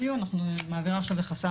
אני מעבירה עכשיו לחסאן,